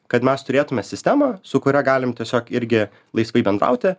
kad mes turėtume sistemą su kuria galim tiesiog irgi laisvai bendrauti